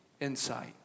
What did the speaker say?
insight